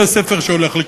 זה הספר שהולך להיכתב.